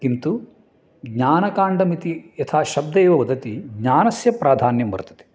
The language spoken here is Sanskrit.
किन्तु ज्ञानकाण्डमिति यथा शब्दे वा वदति ज्ञानस्य प्राधान्यं वर्तते